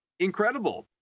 incredible